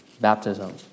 baptism